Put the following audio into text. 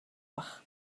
байх